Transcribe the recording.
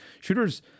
Shooters